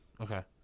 Okay